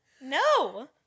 No